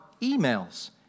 emails